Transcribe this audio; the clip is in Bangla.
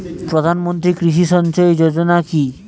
প্রধানমন্ত্রী কৃষি সিঞ্চয়ী যোজনা কি?